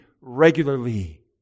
regularly